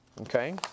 Okay